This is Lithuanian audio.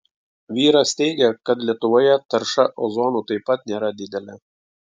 vyras teigia kad lietuvoje tarša ozonu taip pat nėra didelė